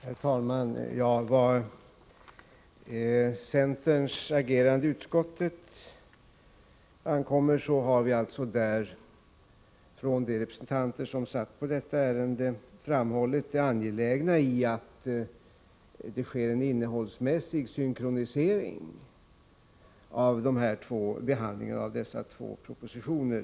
Herr talman! Vad centerns agerande i utskottet beträffar har alltså de representanter som deltog i behandlingen av detta ärende framhållit det angelägna i att det sker en innehållsmässig synkronisering av behandlingen av dessa två propositioner.